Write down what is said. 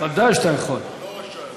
לא רשאי.